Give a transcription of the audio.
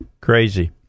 crazy